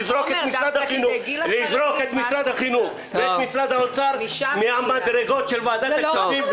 אני מציע לזרוק את משרד החינוך ואת משרד האוצר מהמדרגות של ועדת הכספים,